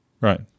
Right